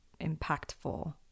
impactful